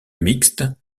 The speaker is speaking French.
mixte